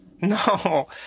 No